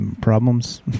problems